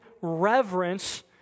reverence